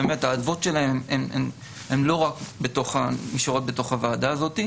האדוות שלהם נשארות לא רק בתוך הוועדה הזאת,